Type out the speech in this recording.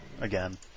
again